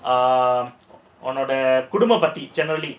um உன்னோட குடும்பம்பத்தி:unnoda kudumbathi generally